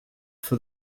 for